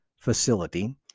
Facility